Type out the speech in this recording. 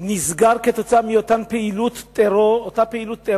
נסגר בגלל אותה פעילות טרור,